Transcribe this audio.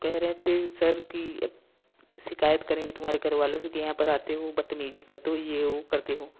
कह रहे थे सर कि अब शिकायत करेंगे तुम्हारे घर वालों से कि यहाँ पर आते हो बदतमीजी करते हो ये वो करते हो